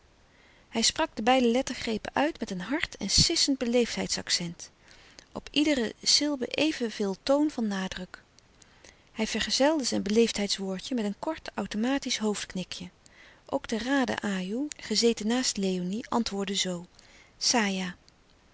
hij sprak de beide lettergrepen uit met een hard en sissend beleefdheidsaccent op iedere silbe evenveel toon van nadruk hij vergezelde zijn beleefdheidswoordje met een kort automatisch hoofdknikje ook de raden ajoe gezeten naast léonie antwoordde zoo